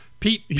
Pete